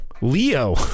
Leo